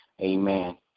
Amen